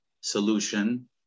solution